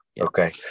Okay